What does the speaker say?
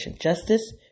Justice